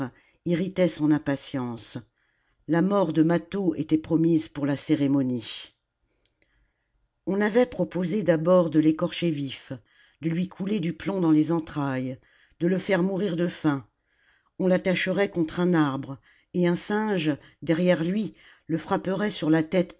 irritait son impatience la mort de mâtho était promise pour la cérémonie on nvait proposé d'abord de l'écorcher vif de lui couler du plomb dans les entrailles de le faire mourir de faim on l'attacherait contre un arbre et un singe derrière lui le frapperait sur la tête